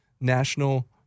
National